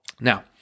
Now